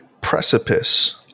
precipice